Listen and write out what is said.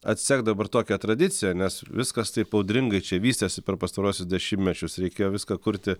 atsekt dabar tokią tradiciją nes viskas taip audringai čia vystėsi per pastaruosius dešimtmečius reikėjo viską kurti